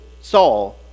Saul